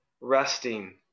resting